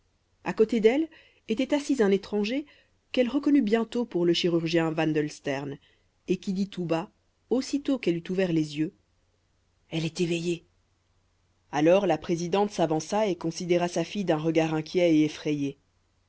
à côté d'elle était assis un étranger qu'elle reconnut bientôt pour le chirurgien vandelstern et qui dit tout bas aussitôt qu'elle eut ouvert les yeux elle est éveillée alors la présidente s'avança et considéra sa fille d'un regard inquiet et effrayé